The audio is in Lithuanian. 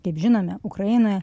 kaip žinome ukrainoje